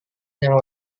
yang